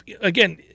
again